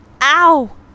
Ow